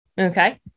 okay